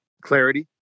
clarity